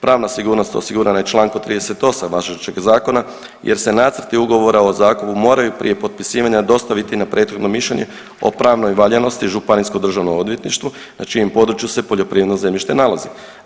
Pravna sigurnost osigurana je člankom 38. važećeg zakona, jer se nacrti Ugovora o zakupu moraju prije potpisivanja dostaviti na prethodno mišljenje o pravnoj valjanosti Županijskom državnom odvjetništvu na čijem području se poljoprivredno zemljište nalazi.